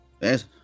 yes